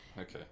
Okay